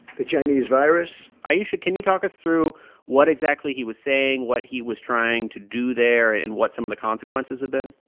the chinese virus ayesha, can you talk us through what exactly he was saying, what he was trying to do there and what some of the consequences have been?